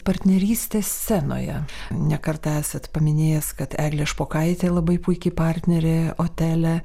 partnerystė scenoje ne kartą esat paminėjęs kad eglė špokaitė labai puiki partnerė otele